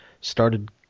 started